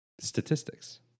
Statistics